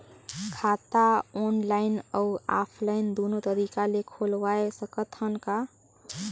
खाता ऑनलाइन अउ ऑफलाइन दुनो तरीका ले खोलवाय सकत हन का?